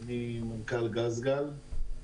אני מנכ"ל גז גל.